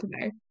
today